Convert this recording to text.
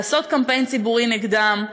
לעשות קמפיין ציבורי נגדם.